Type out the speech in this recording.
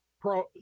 pro